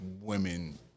women